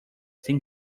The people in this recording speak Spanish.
sin